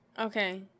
Okay